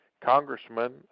congressman